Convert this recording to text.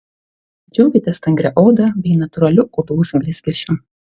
džiaukitės stangria oda bei natūraliu odos blizgesiu